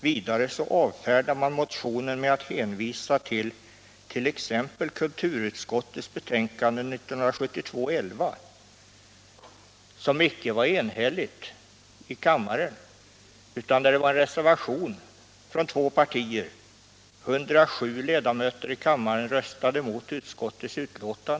Vidare avfärdar man motionen med att hänvisa till exempelvis kulturutskottets betänkande 1972:11, som icke var enhälligt. Där fanns en reservation från två partier. 107 ledamöter i kammaren röstade emot utskottets hemställan.